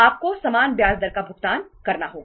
आपको समान ब्याज दर का भुगतान करना होगा